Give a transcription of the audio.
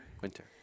Winter